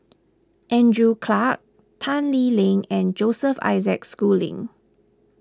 Andrew Clarke Tan Lee Leng and Joseph Isaac Schooling